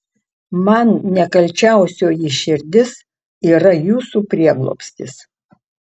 man nekalčiausioji širdis yra jūsų prieglobstis